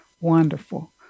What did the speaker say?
Wonderful